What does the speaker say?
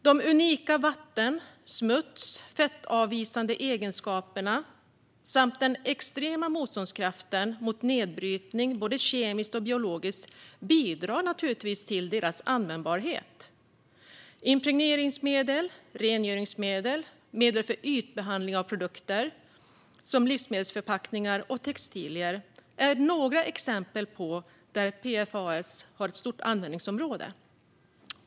De unika vatten, smuts och fettavvisande egenskaperna samt den extrema motståndskraften mot nedbrytning både kemiskt och biologiskt bidrar naturligtvis till deras användbarhet. Impregneringsmedel, rengöringsmedel, medel för ytbehandling av produkter - som livsmedelsförpackningar och textilier - är några exempel på stora användningsområden för PFAS.